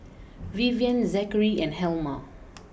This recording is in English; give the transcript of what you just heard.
Vivienne Zakary and Helma